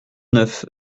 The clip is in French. neuf